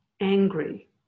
angry